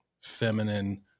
feminine